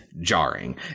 jarring